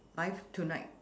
live tonight